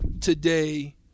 today